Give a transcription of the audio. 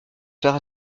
faire